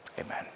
amen